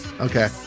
okay